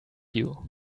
you